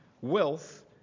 wealth